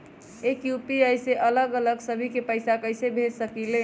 एक यू.पी.आई से अलग अलग सभी के पैसा कईसे भेज सकीले?